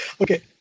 Okay